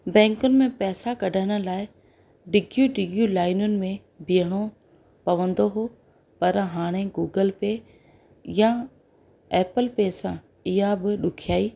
बैंकुनि में पैसा कढण लाइ डिघियूं डिघियूं लाइनुनि में बीहणो पवंदो हुओ पर हाणे गूगल पे या एपल पे सां इहा बि ॾुखियाई